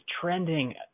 trending